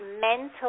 mental